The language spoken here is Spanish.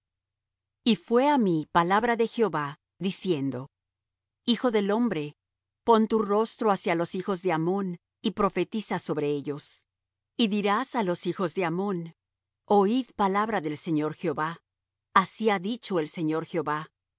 y fué á mí palabra de jehová diciendo hijo del hombre pon tu rostro hacia los hijos de ammón y profetiza sobre ellos y dirás á los hijos de ammón oid palabra del señor jehová así ha dicho el señor jehová